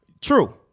True